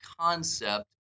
concept